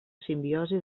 simbiosi